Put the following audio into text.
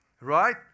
Right